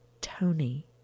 Tony